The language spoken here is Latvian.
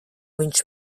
viņš